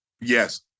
Yes